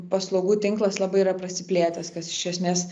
paslaugų tinklas labai yra prasiplėtęs kas iš esmės